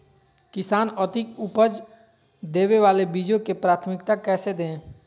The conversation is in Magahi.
किसान अधिक उपज देवे वाले बीजों के प्राथमिकता कैसे दे?